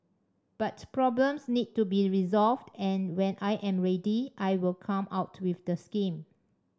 but problems need to be resolved and when I am ready I will come out with the scheme